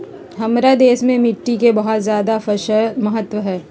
हमार देश में मिट्टी के बहुत जायदा महत्व हइ